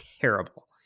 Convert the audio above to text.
terrible